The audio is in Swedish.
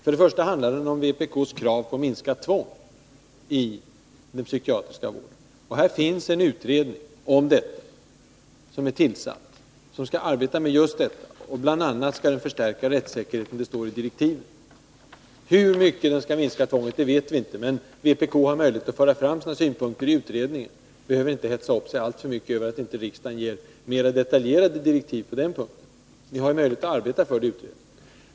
För det första handlar den om minskat tvång inom den psykiatriska vården. Det har tillsatts en utredning som skall arbeta med just denna fråga. I dess direktiv föreskrivs bl.a. att dess arbete skall syfta till att förstärka rättssäkerheten. Hur mycket utredningen skall minska tvånget vet vi inte, men vpk har möjligheter att föra fram sina synpunkter i utredningen, och ni behöver inte hetsa upp er över att vi inte ger detaljerade direktiv på den punkten.